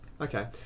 Okay